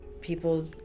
people